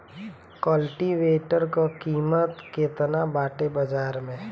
कल्टी वेटर क कीमत केतना बाटे बाजार में?